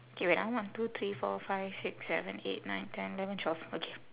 okay wait ah one two three four five six seven eight nine ten eleven twelve okay